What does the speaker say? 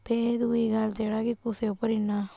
फिर दुई गल्ल जेह्ड़ा कि कुसै उप्पर इन्ना